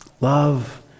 love